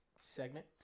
segment